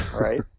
right